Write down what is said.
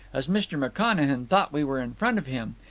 as mr. mcconachan thought we were in front of him.